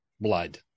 blood